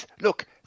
Look